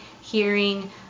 hearing